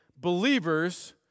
Believers